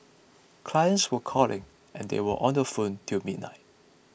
clients were calling and we were on the phone till midnight